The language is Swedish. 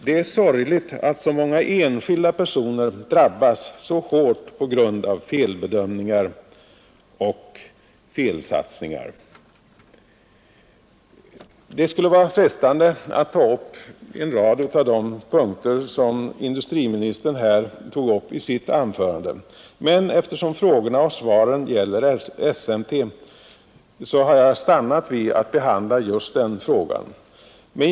Det är sorgligt att så många enskilda personer drabbas så hårt av felbedömningar och felsatsningar. Det skulle vara frestande att ta upp en rad av de punkter som industriministern berörde i sitt anförande, men eftersom frågorna och svaren gäller SMT har jag stannat vid att behandla just det företaget.